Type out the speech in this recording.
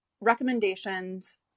recommendations